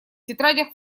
тетрадях